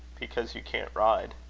because you can't ride.